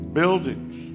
buildings